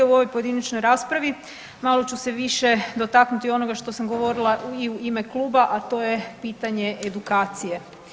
U ovoj pojedinačnoj raspravi malo ću se više dotaknuti onoga što sam govorila i u ime kluba, a to je pitanje edukacije.